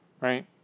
right